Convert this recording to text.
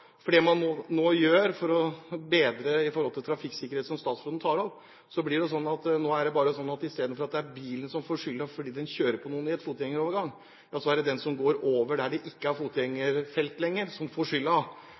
for det man nå gjør for å bedre trafikksikkerheten, som statsråden tar opp. Nå blir det sånn at istedenfor at det er bilføreren som får skylda fordi man kjører på noen i en fotgjengerovergang, er det den som går over der det ikke er fotgjengerfelt lenger, som får